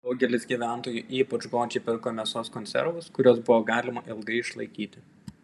daugelis gyventojų ypač godžiai pirko mėsos konservus kuriuos buvo galima ilgai išlaikyti